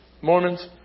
Mormons